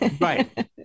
Right